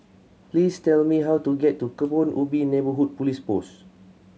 please tell me how to get to Kebun Ubi Neighbourhood Police Post